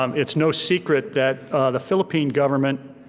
um it's no secret that the philippine government,